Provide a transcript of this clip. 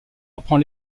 apprend